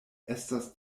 estas